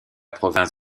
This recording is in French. province